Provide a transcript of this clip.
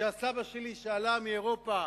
סבא שלי שעלה מאירופה